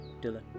Dylan